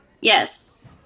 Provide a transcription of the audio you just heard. Yes